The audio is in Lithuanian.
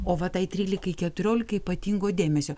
o va tai trylikai keturiolikai ypatingo dėmesio